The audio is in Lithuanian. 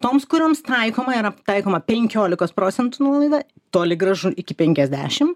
toms kurioms taikoma yra taikoma penkiolikos procentų nuolaida toli gražu iki penkiasdešimt